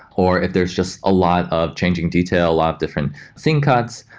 or if there's just a lot of changing detail, a lot of different scene cuts,